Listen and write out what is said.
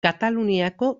kataluniako